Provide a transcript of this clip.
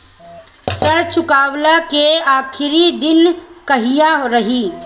ऋण चुकव्ला के आखिरी दिन कहिया रही?